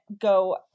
go